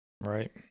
Right